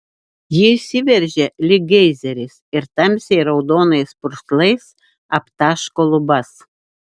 ji išsiveržia lyg geizeris ir tamsiai raudonais purslais aptaško lubas